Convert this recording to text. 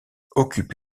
occupe